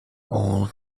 all